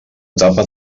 etapa